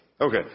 Okay